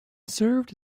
served